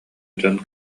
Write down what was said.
дьон